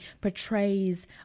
portrays